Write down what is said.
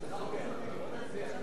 בוא נצביע.